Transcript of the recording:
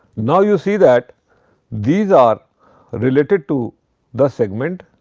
now, you see that these are related to the segment,